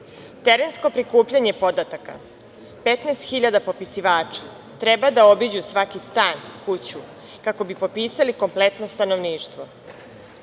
prikupljanje podataka, 15.000 popisivača treba da obiću svaki stan, kuću kako bi popisali kompletno stanovništvo. Poslednji